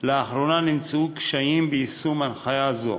לאחרונה נמצאו קשיים ביישום הנחיה זו,